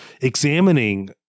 examining